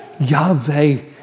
Yahweh